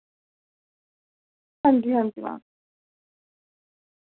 हांजी हांजी मैम